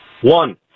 One